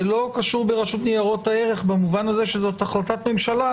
זה לא קשור ברשות ניירות הערך במובן הזה שזאת החלטה ממשלה,